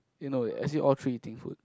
you know I see all three eating fruit